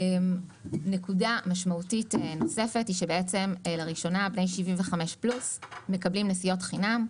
נקודה משמעותית נוספת היא שלראשונה בני 75 פלוס מקבלים נסיעות חינם.